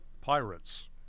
pirates